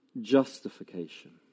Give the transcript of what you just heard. justification